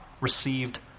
received